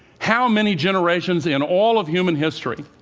how many generations in all of human history